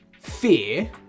fear